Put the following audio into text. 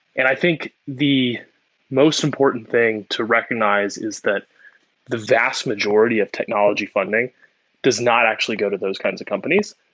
and i think the most important thing to recognize is that the vast majority of technology funding does not actually go to those kinds of companies.